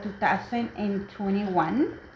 2021